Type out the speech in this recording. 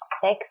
six